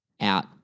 out